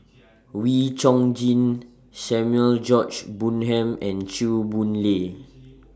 Wee Chong Jin Samuel George Bonham and Chew Boon Lay